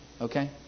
Okay